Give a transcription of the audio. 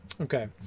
Okay